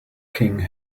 king